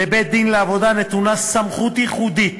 לבית-הדין לעבודה נתונה סמכות ייחודית